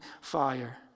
fire